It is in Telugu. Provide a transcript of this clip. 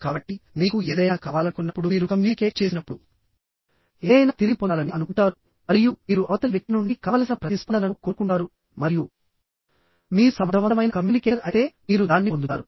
కాబట్టి మీకు ఏదైనా కావాలనుకున్నప్పుడు మీరు కమ్యూనికేట్ చేసినప్పుడు ఏదైనా తిరిగి పొందాలని అనుకుంటారు మరియు మీరు అవతలి వ్యక్తి నుండి కావలసిన ప్రతిస్పందనను కోరుకుంటారు మరియు మీరు సమర్థవంతమైన కమ్యూనికేటర్ అయితే మీరు దాన్ని పొందుతారు